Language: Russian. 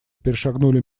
перешагнули